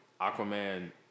Aquaman